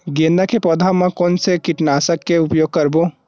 गेंदा के पौधा म कोन से कीटनाशक के उपयोग करबो?